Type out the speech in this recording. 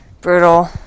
Brutal